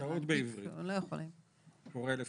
אין שום